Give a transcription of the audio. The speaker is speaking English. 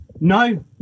No